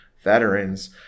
veterans